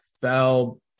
fell